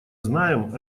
знаем